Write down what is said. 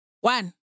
one